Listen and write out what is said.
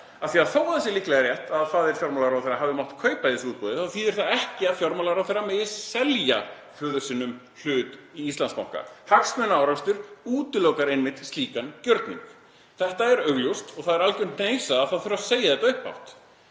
vegna þess að þótt líklega sé rétt að faðir fjármálaráðherra hafi mátt kaupa í þessu útboði þýðir það ekki að fjármálaráðherra megi selja föður sínum hlut í Íslandsbanka. Hagsmunaárekstur útilokar einmitt slíkan gjörning. Þetta er augljóst og það er alger hneisa að það þurfi að segja þetta upphátt,